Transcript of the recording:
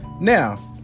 Now